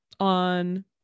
on